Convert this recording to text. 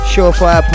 Surefire